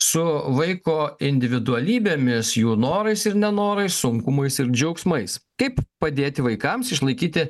su vaiko individualybėmis jų norais ir nenorais sunkumais ir džiaugsmais kaip padėti vaikams išlaikyti